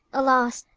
alas!